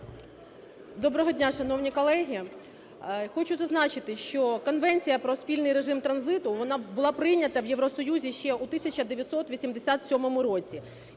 Доброго дня, шановні колеги. Хочу зазначити, що Конвенція про спільний режим транзиту, вона була прийнята в Євросоюзі ще у 1987 році